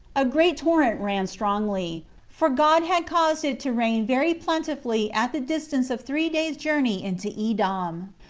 a great torrent ran strongly for god had caused it to rain very plentifully at the distance of three days' journey into edom,